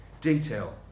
detail